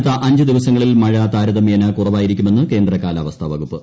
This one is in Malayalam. അടുത്ത അഞ്ചു ദിവസങ്ങളിൽ മഴ താരതമ്യേന കുറവായിരിക്കുമെന്ന് കേന്ദ്ര കാലാവസ്ഥാ വകുപ്പ്